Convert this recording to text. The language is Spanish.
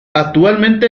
actualmente